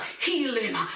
healing